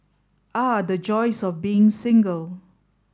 ah the joys of being single